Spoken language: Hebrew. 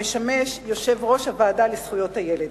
המשמש יושב-ראש הוועדה לזכויות הילד.